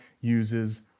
uses